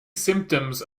symptoms